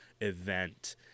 event